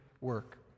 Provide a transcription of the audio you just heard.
work